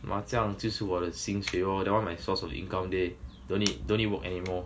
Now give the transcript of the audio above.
麻将就是我的薪水 lor that one my source of income okay don't need don't need work anymore